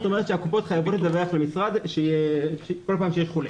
זאת אומרת שהקופות חייבות לדווח למשרד כל פעם שיש חולה.